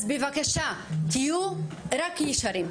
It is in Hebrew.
אז בבקשה, תהיו רק ישרים.